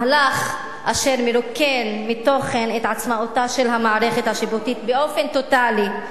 מהלך אשר מרוקן מתוכן את עצמאותה של המערכת השיפוטית באופן טוטלי.